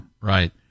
Right